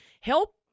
help